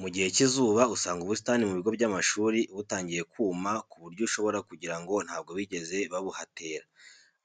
Mu gihe cy'izuba usanga ubusitani ku bigo by'amashuri butangiye kuma ku buryo ushobora kugira ngo ntabwo bigeze babuhatera,